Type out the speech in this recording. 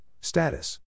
status